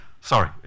Sorry